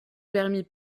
permit